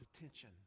attention